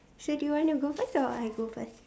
so do you want to go first or I go first